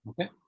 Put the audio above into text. Okay